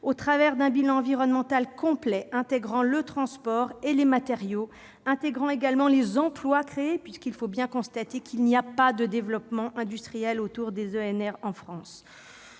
au travers d'un bilan environnemental complet intégrant le transport et les matériaux, mais aussi les emplois créés ? De fait, il faut bien constater qu'il n'y a pas de développement industriel autour des ENR en France.